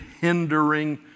hindering